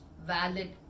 valid